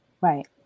right